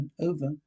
over